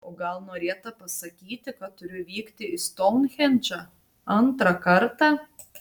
o gal norėta pasakyti kad turiu vykti į stounhendžą antrą kartą